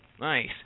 Nice